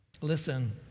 Listen